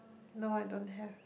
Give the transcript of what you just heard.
no I don't have